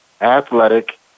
athletic